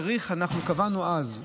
אנחנו קבענו אז,